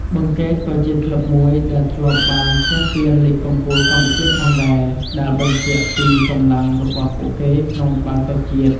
បឹងកេតក៏ជាក្លឹបមួយដែលធ្លាប់បានឈ្នះពានលីគកំពូលកម្ពុជាផងដែរ ដែលបញ្ជាក់ពីកម្លាំងរបស់ពួកគេក្នុងបាល់ទាត់ជាតិ។